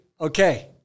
Okay